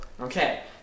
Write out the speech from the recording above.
okay